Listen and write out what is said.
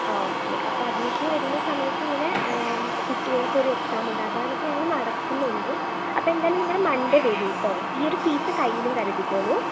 okay അപ്പോൾ അഡ്മിഷന് വരുന്ന സമയത്ത് ഇങ്ങനെ കുട്ടികൾക്കൊരു എക്സാമുണ്ട് അതാണ് ഇപ്പോൾ ഞങ്ങള് നടത്തുന്നുള്ളൂ എന്തായാലും നിങ്ങള് മൺഡേ വരു കേട്ടോ ഈ ഒരു ഫീസ് കയ്യിലും കരുതിക്കോളൂ